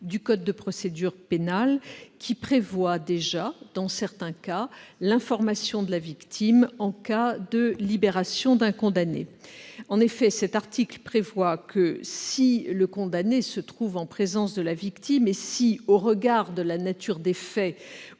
du code de procédure pénale, qui prévoit déjà, dans certains cas, l'information de la victime en cas de libération d'un condamné. En effet, cet article dispose que, si le condamné se trouve en présence de la victime et si, au regard de la nature des faits